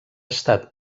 estat